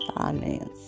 finance